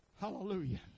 hallelujah